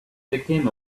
became